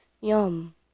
yum